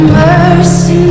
mercy